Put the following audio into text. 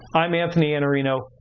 i'm anthony iannarino.